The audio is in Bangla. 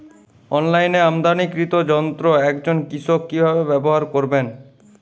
অনলাইনে আমদানীকৃত যন্ত্র একজন কৃষক কিভাবে ব্যবহার করবেন?